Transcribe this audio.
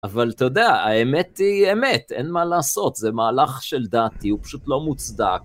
אבל אתה יודע, האמת היא אמת, אין מה לעשות, זה מהלך שלדעתי, הוא פשוט לא מוצדק.